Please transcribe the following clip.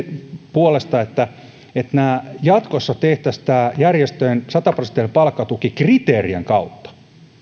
puolesta että jatkossa tehtäisiin tämä järjestöjen sataprosenttinen palkkatuki kriteerien kautta